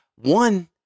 One